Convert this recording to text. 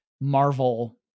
Marvel